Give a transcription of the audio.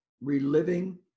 reliving